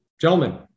gentlemen